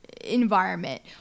environment